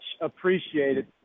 appreciated